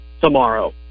tomorrow